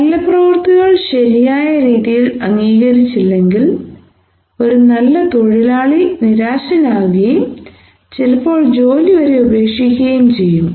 നല്ല പ്രവൃത്തികൾ ശരിയാ രീതിയിൽ അംഗീകരിച്ചില്ലെങ്കിൽ ഒരു നല്ല തൊഴിലാളി നിരാശനാകുകയും ചിലപ്പോൾ ജോലി വരെ ഉപേക്ഷിക്കുകയും ചെയ്യും